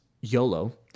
YOLO